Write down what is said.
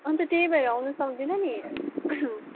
अन्त त्यही भएर आउनु सक्दिन नि